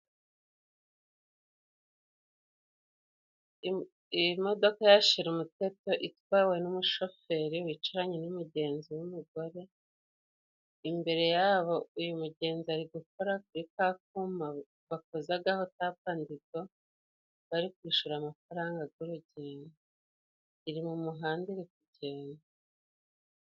Iyi modoka ya shira umuteto, itwawe n'umushoferi wicaranye n'umugenzi w'umugore. Imbere yaho, uyu mugenzi ari gukora kuri ka kuma bakozagaho tapandigo, bari kwishura amafaranga g'urugendo. Iri mu muhanda, iri kugenda.